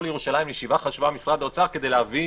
לירושלים לישיבה חשובה במשרד האוצר כדי להביא